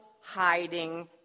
hiding